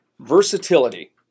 versatility